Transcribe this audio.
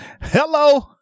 Hello